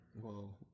whoa